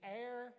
air